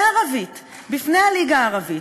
בערבית, בפני הליגה הערבית,